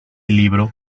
libro